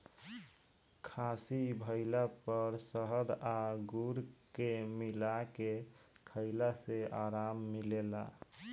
खासी भइला पर शहद आ गुड़ के मिला के खईला से आराम मिलेला